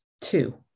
Two